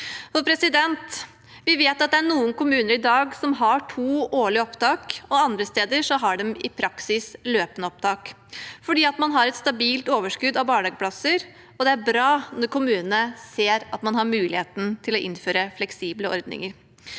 helt enige om. Vi vet at det er noen kommuner i dag som har to årlige opptak, og andre steder har de i praksis løpende opptak fordi man har et stabilt overskudd av barnehageplasser. Det er bra når kommunene ser at man har muligheten til å innføre fleksible ordninger.